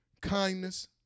kindness